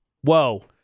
Whoa